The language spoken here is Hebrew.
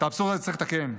הזה צריך לתקן.